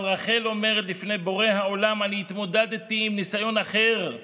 אבל רחל אומרת בפני בורא העולם: אני התמודדתי עם ניסיון אחר,